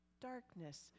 darkness